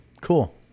Cool